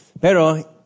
Pero